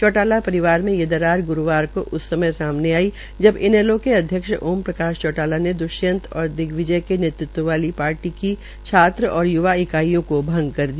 चौटाला परिवार में ये दरार गुरूवार को उस समय आई जब इनैलो के अध्यक्ष ओम प्रकाश चोटाला ने द्वष्यंत और दिग्विजय के नेतृत्व वाली पार्टी की छात्र और य्वा इकाइयों को भंग कर दिया